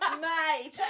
mate